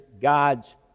God's